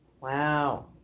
Wow